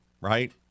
right